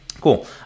Cool